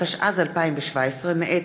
התשע"ז 2017, מאת